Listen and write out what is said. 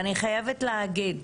אני חייבת להגיד,